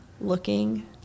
looking